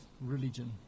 religion